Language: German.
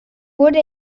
wurde